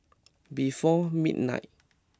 before midnight